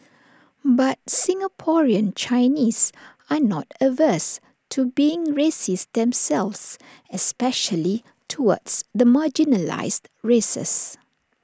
but Singaporean Chinese are not averse to being racist themselves especially towards the marginalised races